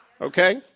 Okay